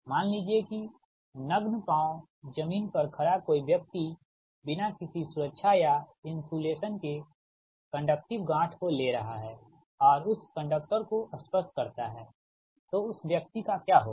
मान लीजिए कि नग्न पॉंव ज़मीन पर खड़ा कोई व्यक्ति बिना किसी सुरक्षा या इंसुलेशन के कंडक्टिव गाँठ को ले रहा है और उस कंडक्टर को स्पर्श करता हैतो उस व्यक्ति का क्या होगा